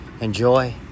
Enjoy